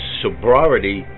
sobriety